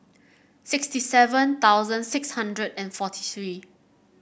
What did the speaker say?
sixty seven thousand six hundred and forty three